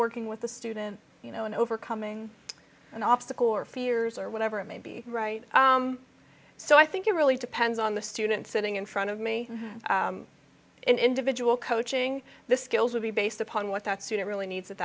working with the student you know and overcoming an obstacle or fears or whatever it may be right so i think it really depends on the student sitting in front of me in individual coaching the skills will be based upon what that suit really needs at